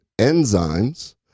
enzymes